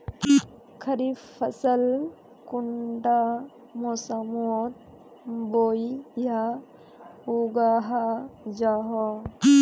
खरीफ फसल कुंडा मोसमोत बोई या उगाहा जाहा?